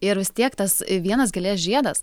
ir vis tiek tas vienas gėlės žiedas